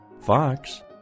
Fox